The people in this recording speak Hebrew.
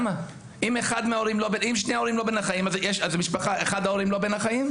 אם שני ההורים לא בין החיים אז אחד ההורים לא בין החיים?